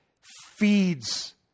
feeds